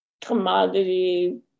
commodity